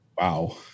Wow